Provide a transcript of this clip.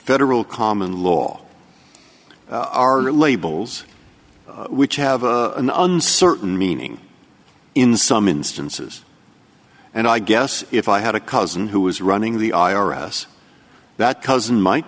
federal common law are labels which have a uncertain meaning in some instances and i guess if i had a cousin who was running the i r s that cousin might